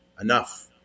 enough